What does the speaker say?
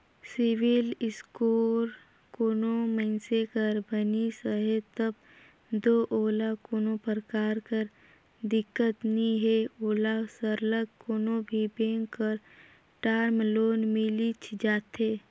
CIBIL score कोनो मइनसे कर बनिस अहे तब दो ओला कोनो परकार कर दिक्कत नी हे ओला सरलग कोनो भी बेंक कर टर्म लोन मिलिच जाथे